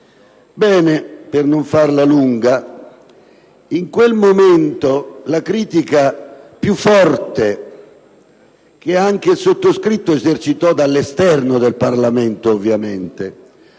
Ebbene, per non dilungarmi troppo, in quel momento la critica più forte che anche il sottoscritto esercitò, dall'esterno del Parlamento, ovviamente,